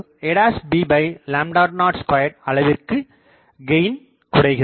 3 a b02 அளவிற்குக் gain குறைகிறது